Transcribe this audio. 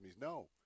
No